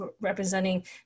representing